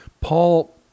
Paul